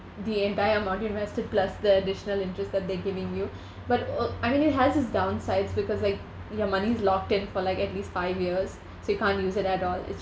the entire amount invested plus the additional interest that they're giving you but o~ I mean it has its downsides because like your money is locked in for like at least five years so you can't use it at all it's